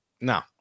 No